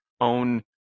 own